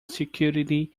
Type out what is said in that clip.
security